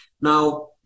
Now